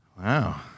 wow